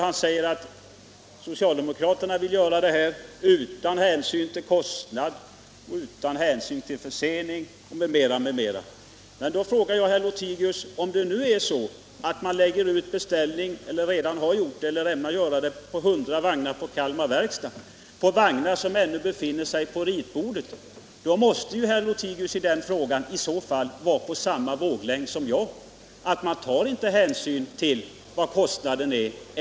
Han sade att socialdemokraterna vill göra detta utan hänsyn till kostnad, till försening m.m. behov Jag vill då fråga herr Lothigius: Om man nu lägger ut en beställning — eller har gjort det eller ämnar göra det —- på hundra personvagnar hos Kalmar Verkstad, vagnar som ännu befinner sig på ritbordsstadiet, måste herr Lothigius i den frågan väl vara på samma våglängd som jag? Man tar nu inte hänsyn till enbart kostnaden.